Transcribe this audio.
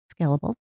scalable